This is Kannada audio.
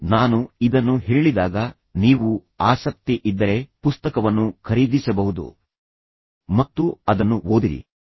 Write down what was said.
ನಾನು ಇದನ್ನು ಹೇಳಿದಾಗ ನೀವು ಆಸಕ್ತಿ ಇದ್ದರೆ ಪುಸ್ತಕವನ್ನು ಖರೀದಿಸಬಹುದು ಮತ್ತು ಅದನ್ನು ಓದಿರಿ